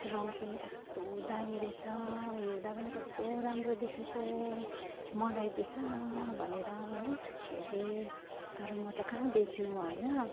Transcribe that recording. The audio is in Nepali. रङ पनि कस्तो दामी रहेछ हेर्दा पनि कस्तो राम्रो देखिएको मलाई बेचन भनेर हो सबैले तर म त कहाँ बेच्नु होइन